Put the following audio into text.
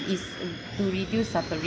is mm to reduce suffering